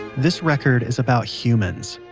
this record is about humans.